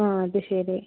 ആ അത് ശരി